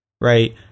right